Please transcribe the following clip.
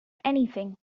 anything